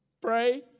Pray